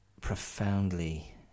profoundly